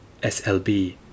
SLB